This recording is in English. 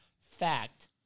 fact